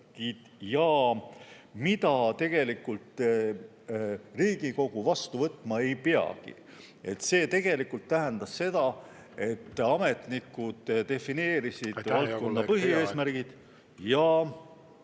ja mida tegelikult Riigikogu vastu võtma ei peagi. See tegelikult tähendas seda, et ametnikud defineerisid … Aitäh, hea